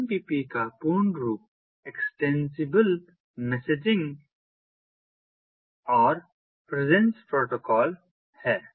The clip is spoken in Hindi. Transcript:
XMPP का पूर्ण रूप एक्स्टेंसिबल मैसेजिंग और प्रेजेंस प्रोटोकॉल है